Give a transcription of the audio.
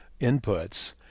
inputs